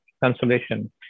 consolation